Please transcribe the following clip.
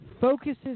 focuses